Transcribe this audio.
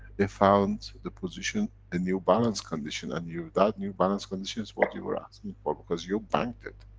it found the position, a and new balance condition, and you. that new balance condition is what you were asking for, because you banked it.